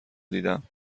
دیدم